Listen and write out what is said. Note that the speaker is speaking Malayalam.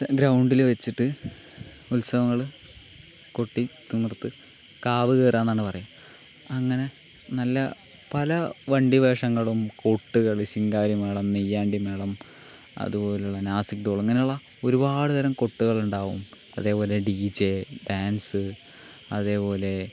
ഗ്രൗണ്ടില് വച്ചിട്ട് ഉത്സവങ്ങള് കൊട്ടി തിമിർത്ത് കാവ് കേറുകാന്നാണ് പറയുക അങ്ങനെ നല്ല പല വണ്ടി വേഷങ്ങളും കൊട്ടുകള് ശിങ്കാരി മേളം നെയ്യാണ്ടി മേളം അതുപോലുള്ള നാസിക്ക് ടോള് ഇങ്ങനെള്ള ഒരു പാട് തരം കൊട്ടുകളുണ്ടാകും അതേപോലെ ഡിജെ ഡാൻസ് അതേപോലെ